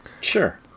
Sure